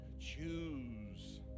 choose